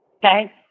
Okay